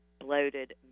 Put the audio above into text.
bloated